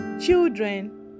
children